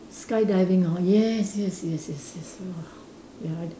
skydiving hor yes yes yes yes !wow! ya